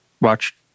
watch